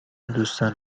دوستان